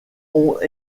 ont